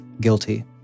guilty